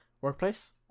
workplace